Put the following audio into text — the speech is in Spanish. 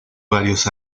varios